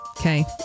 Okay